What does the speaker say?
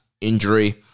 injury